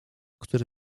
który